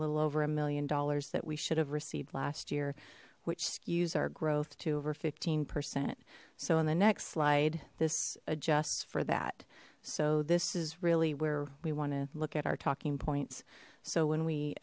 little over a million dollars that we should have received last year which skews our growth to over fifteen percent so in the next slide this adjusts for that so this is really where we want to look at our talking points so when we